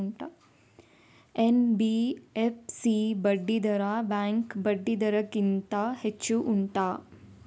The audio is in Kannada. ಎನ್.ಬಿ.ಎಫ್.ಸಿ ಬಡ್ಡಿ ದರ ಬ್ಯಾಂಕ್ ಬಡ್ಡಿ ದರ ಗಿಂತ ಹೆಚ್ಚು ಉಂಟಾ